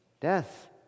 death